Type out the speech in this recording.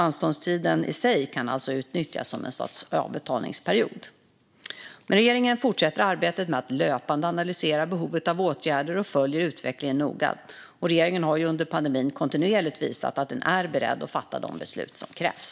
Anståndstiden kan alltså i sig utnyttjas som en sorts avbetalningsperiod. Regeringen fortsätter arbetet med att löpande analysera behovet av åtgärder och följer utvecklingen noga. Regeringen har under pandemin kontinuerligt visat att den är beredd att fatta de beslut som krävs.